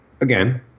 again